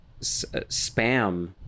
spam